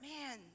man